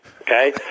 Okay